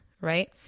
Right